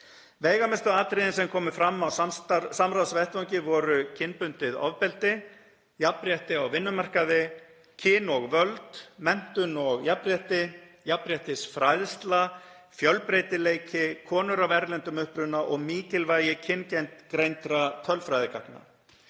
Veigamestu atriðin sem komu fram á samráðsvettvangi voru kynbundið ofbeldi, jafnrétti á vinnumarkaði, kyn og völd, menntun og jafnrétti, jafnréttisfræðsla, fjölbreytileiki, konur af erlendum uppruna og mikilvægi kyngreindra tölfræðigagna.